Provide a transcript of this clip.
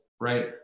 right